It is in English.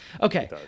Okay